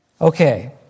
Okay